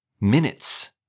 minutes